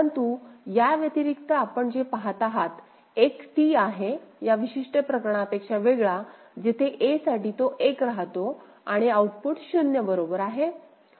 परंतु या व्यतिरिक्त आपण जे पहात आहात एक Tआहे या विशिष्ट प्रकरणापेक्षा वेगळा जेथे a साठी तो 1 राहतो आणि आउटपुट 0 बरोबर आहे